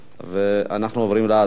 אנחנו עוברים להצבעה.